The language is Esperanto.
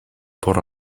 por